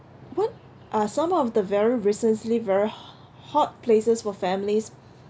what uh some of the very recently very ho~ hot places for families